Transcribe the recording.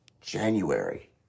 January